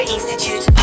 Institute